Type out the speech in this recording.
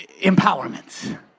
empowerment